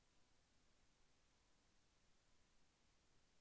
వరి సాగుకు ఎంత నీరు కావాలి?